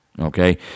Okay